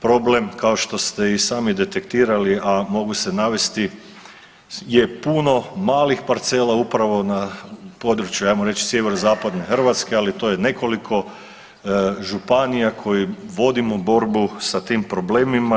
Problem kao što ste i sami detektirali, a mogu se navesti je puno malih parcela upravo na području ajmo reći Sjeverozapadne Hrvatske, ali to je nekoliko županija koje vodimo borbu sa tim problemima.